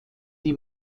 die